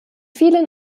vielen